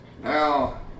now